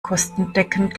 kostendeckend